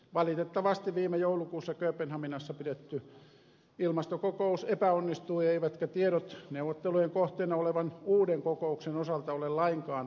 valitettavasti viime joulukuussa kööpenhaminassa pidetty ilmastokokous epäonnistui eivätkä tiedot neuvottelujen kohteena olevan uuden kokouksen osalta ole lainkaan rohkaisevia